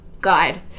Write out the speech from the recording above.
God